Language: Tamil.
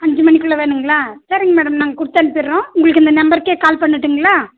அஞ்சு மணிக்குள்ளே வேணுங்களா சரிங்க மேடம் நாங்கள் கொடுத்தணுப்பிட்றோம் உங்களுக்கு இந்த நம்பருக்கே கால் பண்ணட்டுங்களா